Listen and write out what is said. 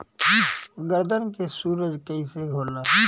गर्दन के सूजन कईसे होला?